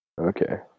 okay